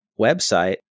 website